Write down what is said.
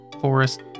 forest